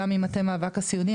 גם ממטה מאבק הסיעודיים,